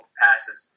passes